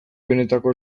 benetako